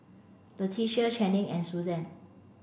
Latricia Channing and Susann